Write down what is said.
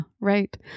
right